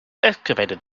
excavated